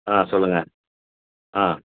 ஆ சொல்லுங்கள் ஆ